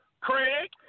Craig